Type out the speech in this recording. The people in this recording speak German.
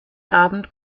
abend